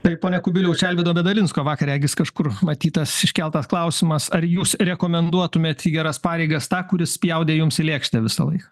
tai pone kubiliau čia alvydo medalinsko vakar regis kažkur matyt tas iškeltas klausimas ar jūs rekomenduotumėt į geras pareigas tą kuris spjaudė jums į lėkštę visąlaik